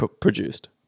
produced